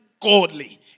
godly